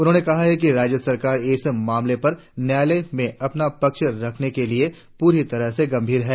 उन्होंने कहा कि राज्य सरकार इस मामले पर न्यायालय में अपना पक्ष रखने के लिए प्ररी तरह से गंभीर है